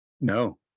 No